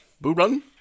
Boo-run